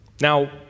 Now